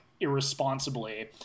irresponsibly